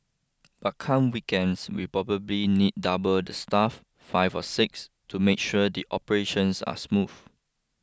but come weekends we probably need double the staff five or six to make sure the operations are smooth